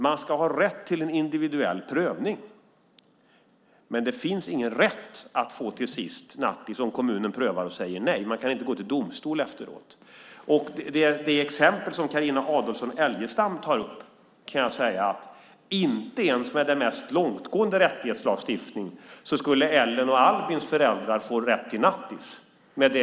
Man ska ha rätt till en individuell prövning, men det finns ingen rätt att till sist få nattis om kommunen prövar det och säger nej. Man kan inte gå till domstol efteråt. I det exempel som Carina Adolfsson Elgestam tar upp skulle inte ens med den mest långtgående rättighetslagstiftning Ellens och Albins föräldrar få rätt till nattis.